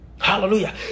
Hallelujah